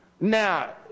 Now